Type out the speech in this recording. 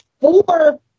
four